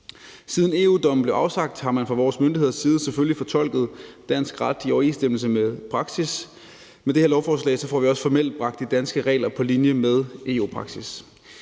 Siden EU-dommen blev afsagt, har man fra vores myndigheders side selvfølgelig fortolket dansk ret i overensstemmelse med praksis. Med det her lovforslag får vi også formelt bragt de danske regler på linje med EU-praksis.